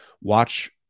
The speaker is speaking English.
watch